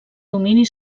domini